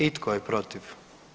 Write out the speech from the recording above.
I tko je protiv?